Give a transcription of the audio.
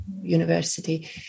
university